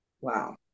wow